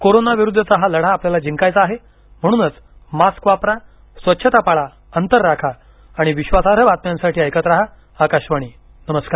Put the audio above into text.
corona विरुद्धचा हा लढा आपल्याला जिंकायचा आहे म्हणूनच मास्क वापरा स्वच्छता पाळा अंतर राखा आणि विश्वासार्ह बातम्यांसाठी ऐकत रहा आकाशवाणी नमस्कार